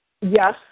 yes